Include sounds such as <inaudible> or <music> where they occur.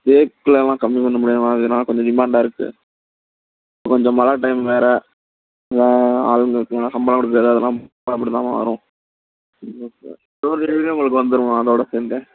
தேக்கிலயெல்லாம் கம்மி பண்ண முடியாதும்மா அது ஏன்னால் கொஞ்சம் டிமேண்டாக இருக்குது கொஞ்சம் மழை டைம் வேறு ஆளுங்களுக்கெலாம் சம்பளம் கொடுக்கறது அதெல்லாம் சம்பளம் மட்டும்தாம்மா வரும் <unintelligible> டோர் டெலிவரியும் உங்களுக்கு வந்துடும்மா அதோட சேர்ந்தே